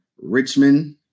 Richmond